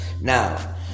Now